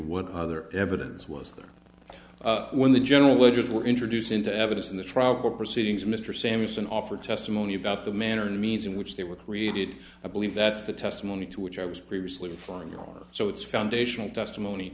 what other evidence was there when the general wedges were introduced into evidence in the trial court proceedings mr samson offered testimony about the manner and means in which they were created i believe that's the testimony to which i was previously flying are so it's foundational testimony